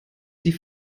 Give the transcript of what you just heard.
die